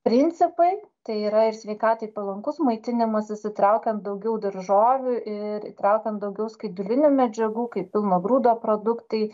principai tai yra ir sveikatai palankus maitinimasis įtraukiant daugiau daržovių ir įtraukiant daugiau skaidulinių medžiagų kaip pilno grūdo produktai